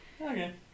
Okay